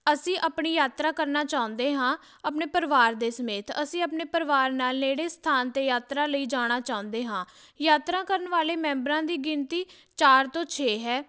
ਅਸੀਂ ਆਪਣੀ ਯਾਤਰਾ ਕਰਨਾ ਚਾਹੁੰਦੇ ਹਾਂ ਆਪਣੇ ਪਰਿਵਾਰ ਦੇ ਸਮੇਤ ਅਸੀਂ ਆਪਣੇ ਪਰਿਵਾਰ ਨਾਲ ਨੇੜੇ ਸਥਾਨ 'ਤੇ ਯਾਤਰਾ ਲਈ ਜਾਣਾ ਚਾਹੁੰਦੇ ਹਾਂ ਯਾਤਰਾ ਕਰਨ ਵਾਲੇ ਮੈਂਬਰਾਂ ਦੀ ਗਿਣਤੀ ਚਾਰ ਤੋਂ ਛੇ ਹੈ